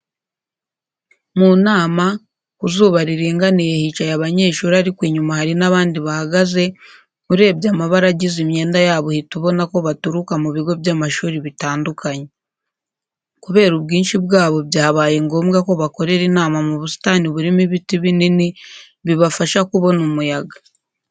Mu nama, ku zuba riringaniye hicaye abanyeshuri ariko inyuma hari n'abandi bahagaze, urebye amabara agize imyenda yabo uhita ubona ko baturuka mu bigo by'amashuri bitandukanye. Kubera ubwinshi bwabo byabaye ngombwa ko bakorera inama mu busitani burimo ibiti binini bibafasha kubona umuyaga.